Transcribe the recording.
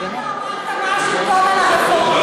מזמן לא אמרת משהו טוב על הרפורמים.